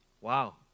Wow